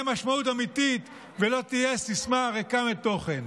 משמעות אמיתית וזו לא תהיה סיסמה ריקה מתוכן.